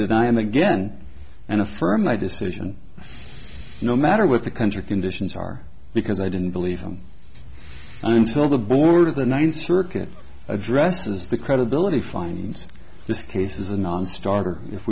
deny him again and affirm my decision no matter what the country conditions are because i didn't believe him until the board of the ninth circuit addresses the credibility findings of this case is a nonstarter if